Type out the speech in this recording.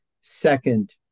second